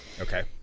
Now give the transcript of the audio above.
okay